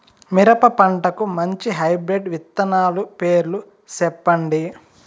మిరప పంటకు మంచి హైబ్రిడ్ విత్తనాలు పేర్లు సెప్పండి?